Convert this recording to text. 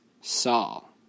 Saul